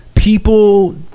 People